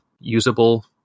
usable